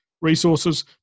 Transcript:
resources